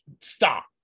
stop